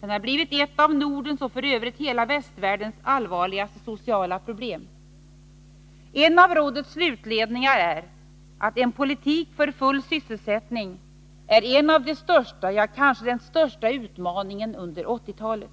Den har blivit ett av Nordens och f. ö. hela västvärldens allvarligaste sociala problem. En av rådets slutledningar är att en politik för full sysselsättning är en av de största, ja, kanske den största utmaningen under 1980-talet.